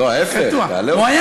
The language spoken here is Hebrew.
לא, להפך, תעלה אותו, הוא קטוע.